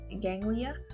ganglia